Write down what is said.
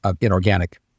inorganic